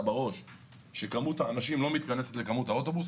בראש של כמות האנשים שלא מתכנסים לכמות האוטובוס.